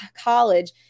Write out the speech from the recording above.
college